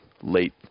late